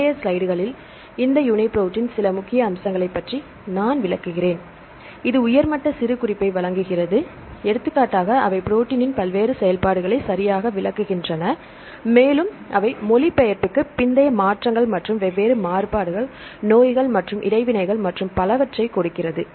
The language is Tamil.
பிந்தைய ஸ்லைடுகளில் இந்த யூனிபிரோட்டின் சில முக்கிய அம்சங்களைப் பற்றி நான் விளக்குகிறேன் இது உயர் மட்ட சிறுகுறிப்பை வழங்குகிறது எடுத்துக்காட்டாக அவை ப்ரோடீன்னின் பல்வேறு செயல்பாடுகளை சரியாக விளக்குகின்றன மேலும் அவை மொழிபெயர்ப்புக்கு பிந்தைய மாற்றங்கள் மற்றும் வெவ்வேறு மாறுபாடுகள் நோய்கள் மற்றும் இடைவினைகள் மற்றும் பலவற்றை கொடுக்கிறது